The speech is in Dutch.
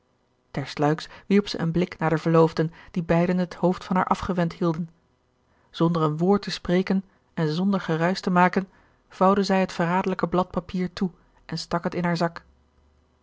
wierp zij een blik naar de verloofden gerard keller het testament van mevrouw de tonnette die beiden het hoofd van haar afgewend hielden zonder een woord te spreken en zonder geruisch te maken vouwde zij het verraderlijke blad papier toe en stak het in haar zak